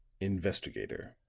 investigator,